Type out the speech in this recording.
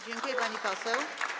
Dziękuję, pani poseł.